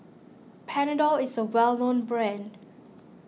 Panadol is a well known brand